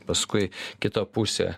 paskui kita pusė